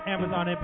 Amazon